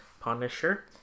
Punisher